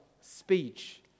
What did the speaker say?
speech